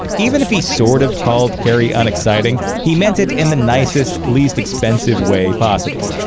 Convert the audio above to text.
even if he sort of called carrey unexciting, he meant it in the nicest, least expensive way possible.